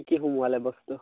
কি কি সুমুৱালে বস্তু